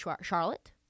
Charlotte